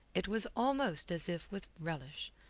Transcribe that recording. it was almost as if with relish,